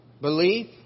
Belief